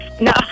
No